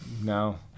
No